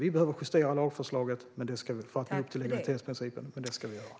Vi behöver justera lagförslaget för att nå upp till legalitetsprincipen, och det ska vi göra.